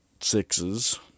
sixes